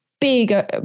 big